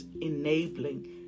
enabling